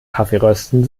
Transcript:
kaffeerösten